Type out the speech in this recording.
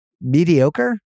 mediocre